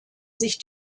sich